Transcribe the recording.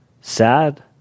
sad